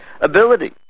ability